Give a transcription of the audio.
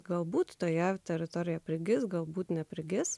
galbūt toje teritorijoje prigis galbūt neprigis